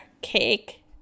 cake